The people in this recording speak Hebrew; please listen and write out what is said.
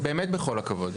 אמירה, גברתי, באמת בכל הכבוד.